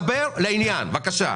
דבר לעניין, בבקשה.